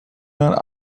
not